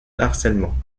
harcèlement